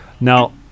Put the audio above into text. now